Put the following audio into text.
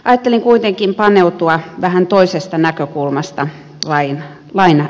ajattelin kuitenkin paneutua vähän toisesta näkökulmasta lakiesitykseen